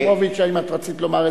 יחימוביץ, האם את רצית לומר איזו מלה?